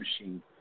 machine